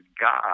God